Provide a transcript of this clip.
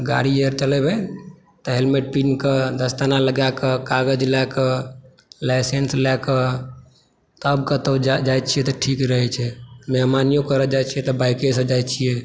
तऽ गाड़ी अगर चलेबै तऽ हेलमेट पिन्ह कऽ कागज लए कऽ दस्ताना पहिर कऽ लाइसेंस लए कऽ तब कतहु जाइत छियै तऽ ठीक रहै छै मेहमानियो करय जाइत छियै तऽ बाइकेसँ जाइ छियै